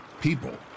people